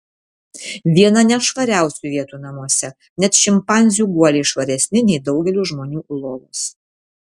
viena nešvariausių vietų namuose net šimpanzių guoliai švaresni nei daugelio žmonių lovos